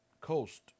coast